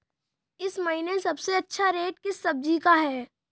इस महीने सबसे अच्छा रेट किस सब्जी का है?